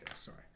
sorry